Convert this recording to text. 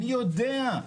אני יודע.